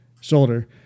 Shoulder